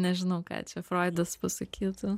nežinau ką čia froidas pasakytų